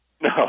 no